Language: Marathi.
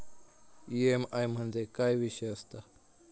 ई.एम.आय म्हणजे काय विषय आसता?